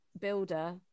builder